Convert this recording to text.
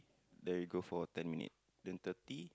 then we go for ten minute then thirty